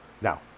Now